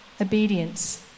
obedience